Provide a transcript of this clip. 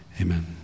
amen